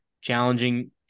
challenging